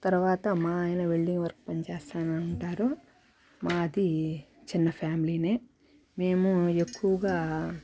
తర్వాత మా ఆయన వెల్డింగ్ వర్క్ పని చేస్తానంటారు మాది చిన్న ఫ్యామిలీనే మేము ఎక్కువుగా